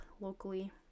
locally